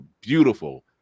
beautiful